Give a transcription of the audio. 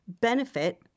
benefit